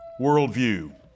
worldview